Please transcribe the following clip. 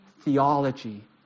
theology